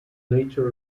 nature